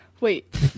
Wait